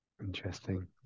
Interesting